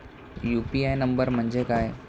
UPI number म्हणजे काय?